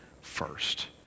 first